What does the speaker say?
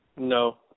No